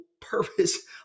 purpose